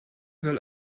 soll